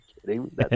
kidding